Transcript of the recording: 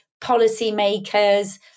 policymakers